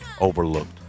overlooked